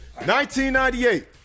1998